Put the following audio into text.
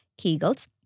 Kegels